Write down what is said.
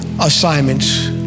assignments